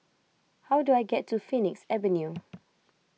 how do I get to Phoenix Avenue